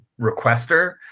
requester